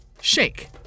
Shake